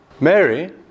Mary